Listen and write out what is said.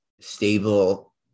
stable